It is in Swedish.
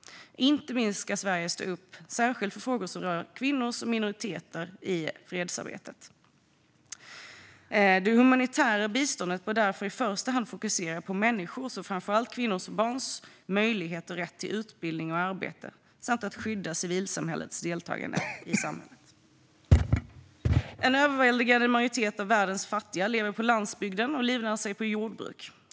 Inte minst ska Sverige stå upp särskilt för frågor som rör kvinnor och minoriteter i fredsarbetet. Det humanitära biståndet bör därför i första hand fokusera på människors, framför allt kvinnors och barns, möjlighet och rätt till utbildning och arbete samt på att skydda civilsamhällets deltagande i samhället. En överväldigande majoritet av världens fattiga lever på landsbygden och livnär sig på jordbruk.